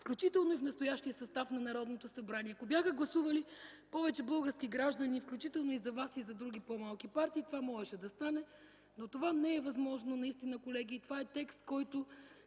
включително и в настоящия състав на Народното събрание. Ако бяха гласували повече български граждани, включително за вас и за други по-малки партии, това можеше да стане, но това наистина не е възможно, колеги, това е текст, който